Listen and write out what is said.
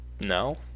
No